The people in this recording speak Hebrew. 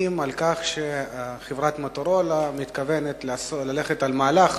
על כך שחברת "מוטורולה" מתכוונת ללכת על מהלך